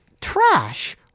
Trash